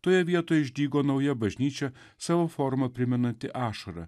toje vietoje išdygo nauja bažnyčia savo forma primenanti ašarą